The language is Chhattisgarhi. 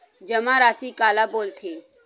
जमा राशि काला बोलथे?